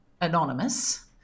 anonymous